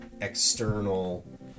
external